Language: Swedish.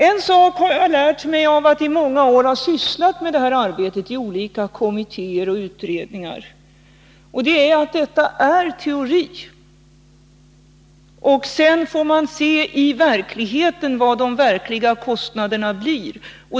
En sak har jag lärt mig av att i många år ha sysslat med det här arbetet i olika kommittéer och utredningar, och det är att detta är teori. Sedan får man i verkligheten se vad de verkliga kostnaderna blir.